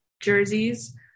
jerseys